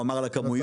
הוא אמר על הכמויות,